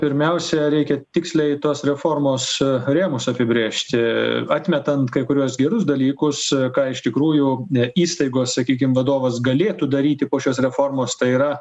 pirmiausia reikia tiksliai tos reformos haremus apibrėžti atmetant kai kuriuos gerus dalykus ką iš tikrųjų įstaigos sakykim vadovas galėtų daryti po šios reformos tai yra